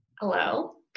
hello